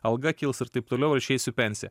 alga kils ir taip toliau ir aš eisiu į pensiją